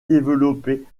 développés